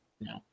no